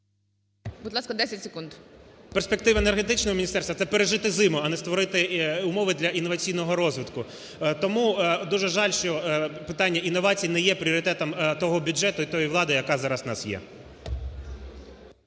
Будь ласка, 10 секунд. РЯБЧИН О.М. Перспективи енергетичного міністерства – це пережити зиму, а не створити умови для інноваційного розвитку. Тому дуже жаль, що питання інновації не є пріоритетом того бюджету і тої влади, яка зараз у нас є.